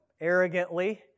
arrogantly